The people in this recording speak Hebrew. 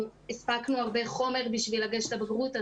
הספקנו הרבה חומר בשביל לגשת לבגרות,